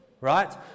right